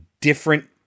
different